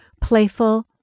playful